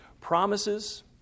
Promises